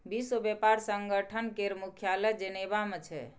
विश्व बेपार संगठन केर मुख्यालय जेनेबा मे छै